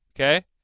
Okay